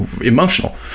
emotional